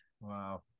Wow